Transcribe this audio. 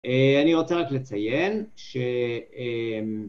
אני רוצה רק לציין